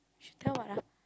she tell what ah